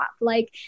like-